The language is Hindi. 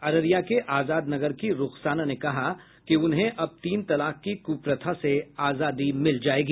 अररिया के आजाद नगर की रुखसाना ने कहा उन्हें अब तीन तलाक की कुप्रथा से आजादी मिल जायेगी